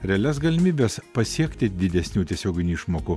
realias galimybes pasiekti didesnių tiesioginių išmokų